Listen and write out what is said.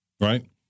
right